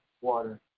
water